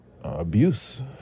abuse